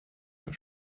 nur